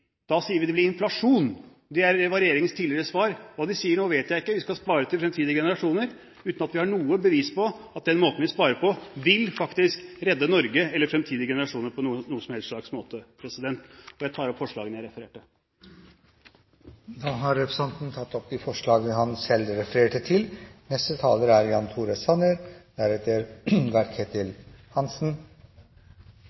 Da sier vi at det blir inflasjon. Det var regjeringens tidligere svar. Hva de sier nå, vet jeg ikke. Vi skal spare til fremtidige generasjoner uten at vi har noe bevis på at den måten vi sparer på, faktisk vil redde Norge eller fremtidige generasjoner på noen som helst slags måte. Jeg tar opp de forslagene jeg refererte til. Representanten Christian Tybring-Gjedde har tatt opp de forslagene han refererte til.